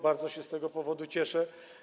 Bardzo się z tego powodu cieszę.